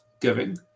giving